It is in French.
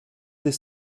des